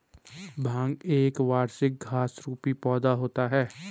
भांग एक वार्षिक घास रुपी पौधा होता है